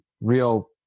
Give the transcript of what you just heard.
real